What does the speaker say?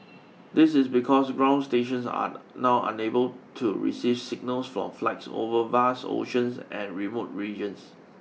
this is because ground stations are now unable to receive signals from flights over vast oceans and remote regions